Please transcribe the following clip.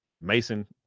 Mason